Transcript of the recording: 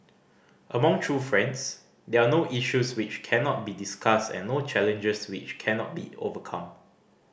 among true friends there are no issues which cannot be discussed and no challenges which cannot be overcome